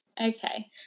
Okay